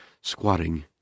squatting